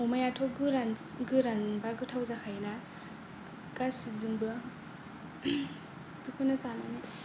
अमायाथ' गोरानबा गोथाव जाखायोना गासिबजोंबो बेखौनो जानानै